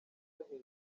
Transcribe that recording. hejuru